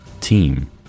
team